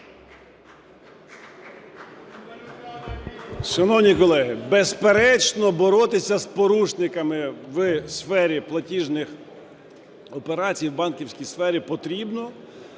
Шановні колеги, безперечно, боротися з порушниками у сфері платіжних операцій в банківській сфері потрібно,